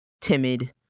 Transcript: timid